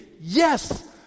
yes